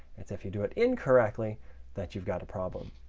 it's if you do it incorrectly that you've got a problem.